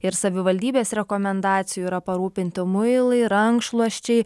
ir savivaldybės rekomendacijų yra parūpinti muilai rankšluosčiai